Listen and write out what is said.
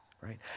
right